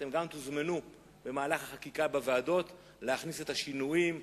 אתן גם תוזמנו במהלך החקיקה בוועדות להכניס את השינויים,